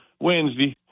Wednesday